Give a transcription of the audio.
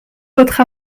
votre